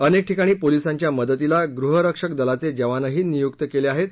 अनेक ठिकाणी पोलिसांच्या मदतीला गृहरक्षकदलाचे जवानही नियूक केले ाहेत